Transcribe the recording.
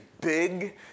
big